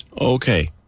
Okay